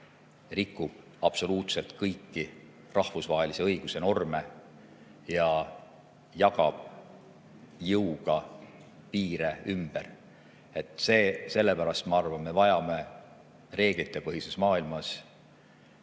rikub absoluutselt kõiki rahvusvahelise õiguse norme ja jagab jõuga piire ümber. Sellepärast ma arvan, et me vajame reeglitepõhises maailmas